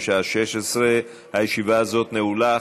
בשעה 16:00. הישיבה הזו נעולה.